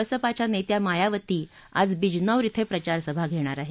बसपाच्या नेत्या मायावती आज बिजनोर क्विं प्रचारसभा घेणार आहेत